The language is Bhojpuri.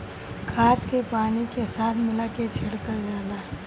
खाद के पानी के साथ मिला के छिड़कल जाला